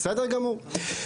בסדר גמור.